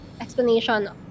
explanation